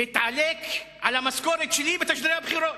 התעלק על המשכורת שלי בתשדירי הבחירות,